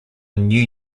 new